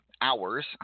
hours